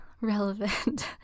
relevant